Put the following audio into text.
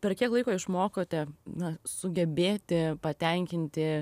per kiek laiko išmokote na sugebėti patenkinti